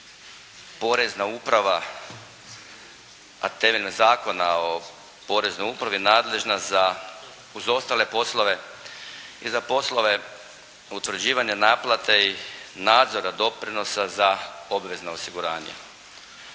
Porezna uprava, a temeljem Zakona o Poreznoj upravi nadležna za uz ostale poslove i za poslove utvrđivanja naplate i nadzora doprinosa za obvezna osiguranja.